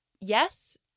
yes